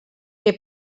que